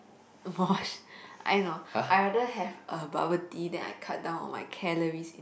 I no I rather have uh bubble tea than I cut down on my calories